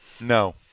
No